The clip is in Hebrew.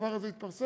הדבר הזה יתפרסם,